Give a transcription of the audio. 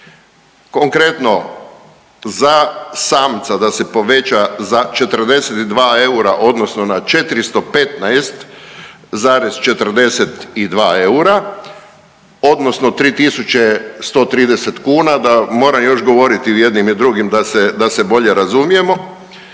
konkretno za samca da se poveća za 42 eura odnosno na 415,42 eura odnosno 3.130 kuna da moram još govoriti i u jednim i u drugim da se bolje razumijemo